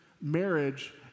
marriage